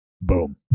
Boom